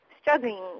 Struggling